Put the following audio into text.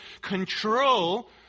control